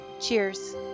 cheers